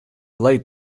late